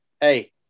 hey